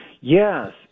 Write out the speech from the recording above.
Yes